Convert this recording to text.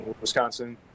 Wisconsin